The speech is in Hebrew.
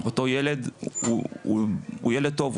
אותו ילד הוא ילד טוב,